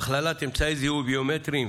הכללת אמצעי זיהוי ביומטריים